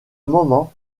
moment